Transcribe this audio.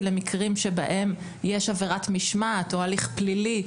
למקרים שבהם יש עבירת משמעת או הליך פלילי,